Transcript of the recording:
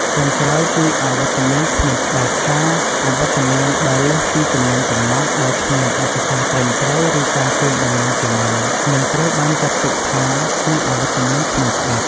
ចុងក្រោយគឺ អវត្តមានគ្មានច្បាប់ ការអវត្តមានដែលលើសពីចំនួនកំណត់ ដោយគ្មានឯកសារត្រឹមត្រូវ ឬការជូនដំណឹងជាមុន នឹងត្រូវបានចាត់ទុកថាជា អវត្តមានគ្មានច្បាប់។